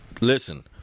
Listen